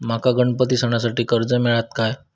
माका गणपती सणासाठी कर्ज मिळत काय?